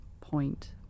point